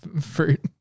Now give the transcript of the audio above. fruit